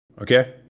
okay